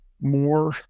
more